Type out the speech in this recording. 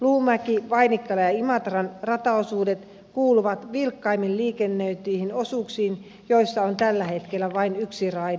luumäen vainikkalan ja imatran rataosuudet kuuluvat vilkkaimmin liikennöityihin osuuksiin joissa on tällä hetkellä vain yksi raide